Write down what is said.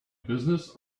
business